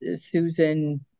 Susan